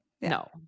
No